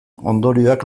ondorioak